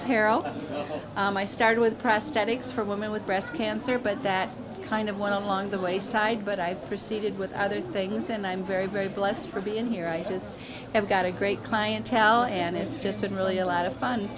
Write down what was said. apparel i started with prosthetics for women with breast cancer but that kind of went on the wayside but i proceeded with other things and i'm very very blessed for being here i just have got a great clientele and it's just been really a lot of fun